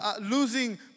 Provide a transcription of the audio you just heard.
losing